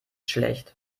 schlecht